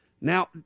Now